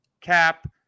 Cap